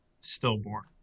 stillborn